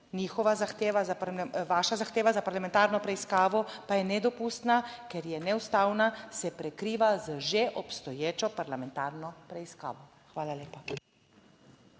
njihova zahteva vaša zahteva za parlamentarno preiskavo pa je nedopustna, ker je neustavna, se prekriva z že obstoječo parlamentarno preiskavo. Hvala lepa.